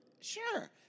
Sure